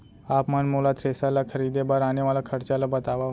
आप मन मोला थ्रेसर ल खरीदे बर आने वाला खरचा ल बतावव?